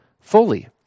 fully